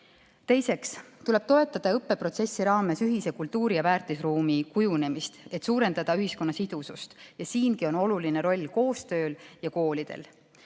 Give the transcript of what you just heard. Teiseks tuleb õppeprotsessi raames toetada ühise kultuuri‑ ja väärtusruumi kujunemist, et suurendada ühiskonna sidusust. Siingi on oluline roll koostööl ja koolidel.